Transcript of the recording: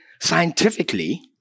scientifically